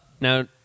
Now